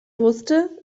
wusste